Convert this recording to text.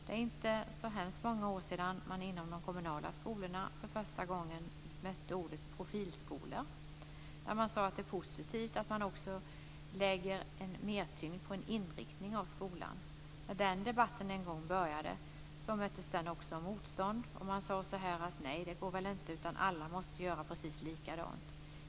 Det är inte så hemskt många år sedan som man inom de kommunala skolorna för första gången mötte ordet profilskola. Man sade att det är positivt att man också lägger mer tyngd på en inriktning av skolan. När den debatten en gång började möttes den också av motstånd. Man sade att det inte skulle gå och att alla måste göra precis likadant.